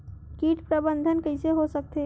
कीट प्रबंधन कइसे हो सकथे?